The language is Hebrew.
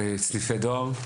סניפי דואר.